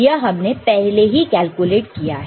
यह हमने पहले ही कैलकुलेट किया है